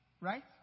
right